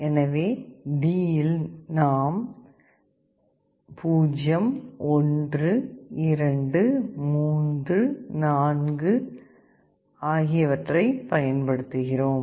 எனவே D இல் நாம் 0 1 2 3 4 ஐப் பயன்படுத்துகிறோம்